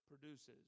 produces